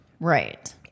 Right